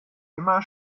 immer